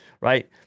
right